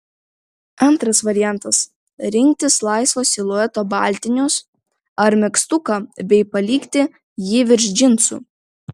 antras variantas rinktis laisvo silueto baltinius ar megztuką bei palikti jį virš džinsų